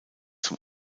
zum